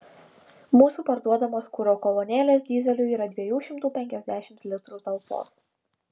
mūsų parduodamos kuro kolonėlės dyzeliui yra dviejų šimtų penkiasdešimt litrų talpos